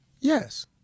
Yes